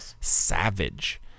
savage